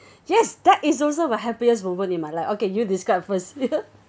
yes that is also a happiest moment in my life okay you describe first